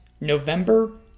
November